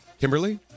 Kimberly